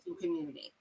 community